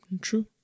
True